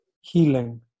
healing